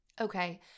Okay